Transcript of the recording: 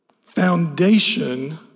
foundation